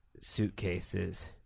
suitcases